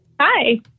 Hi